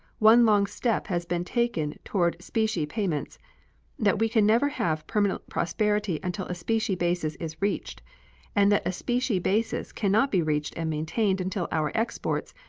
one long step has been taken toward specie payments that we can never have permanent prosperity until a specie basis is reached and that a specie basis can not be reached and maintained until our exports,